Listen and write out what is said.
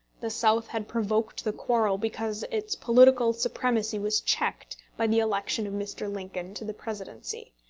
the south had provoked the quarrel because its political supremacy was checked by the election of mr. lincoln to the presidency.